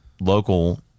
local